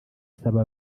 asaba